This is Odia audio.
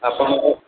ଆପଣଙ୍କୁ